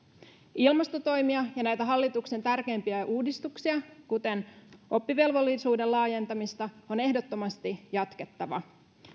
ilmastotoimia ja näitä hallituksen tärkeimpiä uudistuksia kuten oppivelvollisuuden laajentamista on ehdottomasti jatkettava